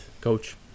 coach